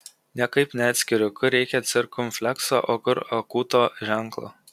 niekaip neatskiriu kur reikia cirkumflekso o kur akūto ženklo